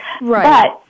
right